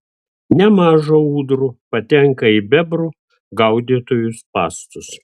nemaža ūdrų patenka į bebrų gaudytojų spąstus